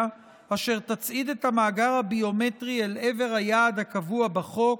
אשר תצעיד את המאגר הביומטרי אל עבר היעד הקבוע בחוק,